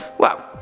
well,